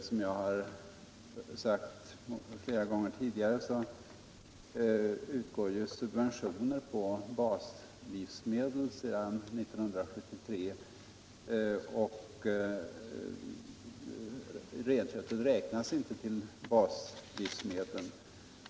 Som jag sagt flera gånger tidigare utgår ju subventioner på baslivsmedel sedan 1973, och renköttet räknas inte till baslivsmedlen.